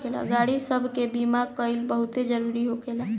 गाड़ी सब के बीमा कइल बहुते जरूरी होखेला